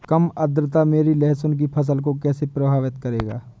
कम आर्द्रता मेरी लहसुन की फसल को कैसे प्रभावित करेगा?